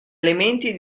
elementi